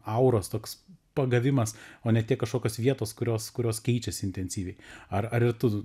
auros toks pagavimas o ne tik kažkokios vietos kurios kurios keičiasi intensyviai ar ir tu